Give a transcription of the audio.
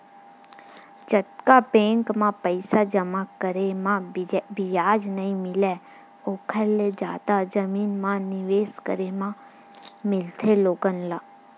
जतका बेंक म पइसा जमा करे म बियाज नइ मिलय ओखर ले जादा जमीन म निवेस करे म मिलथे लोगन ल